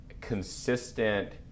consistent